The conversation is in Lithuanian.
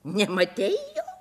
nematei jo